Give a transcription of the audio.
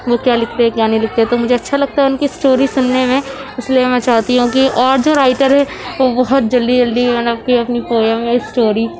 وہ کیا لکھتے ہے کیا نہیں لکھتے ہے تو مجھے اچھا لگتا ہے اُن کی اسٹوری سُننے میں اِس لیے میں چاہتی ہوں کہ اور جو رائٹر ہیں وہ بہت جلدی جلدی مطلب کہ اپنی پویم یا اسٹوری